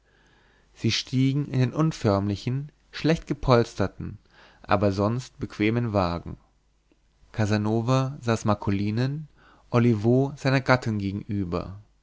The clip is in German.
sie stiegen in den unförmlichen schlechtgepolsterten aber sonst bequemen wagen casanova saß marcolinen olivo seiner gattin gegenüber